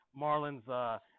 Marlins